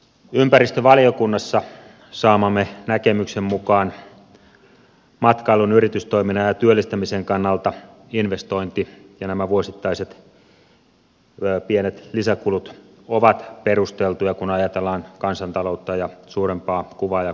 ympäristövaliokunnassa saamamme näkemyksen mukaan matkailun yritystoiminnan ja työllistämisen kannalta investointi ja nämä vuosittaiset pienet lisäkulut ovat perusteltuja kun ajatellaan kansantaloutta ja suurempaa kuvaa ja kokonaisuutta